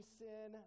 sin